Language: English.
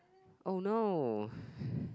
oh no